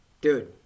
Dude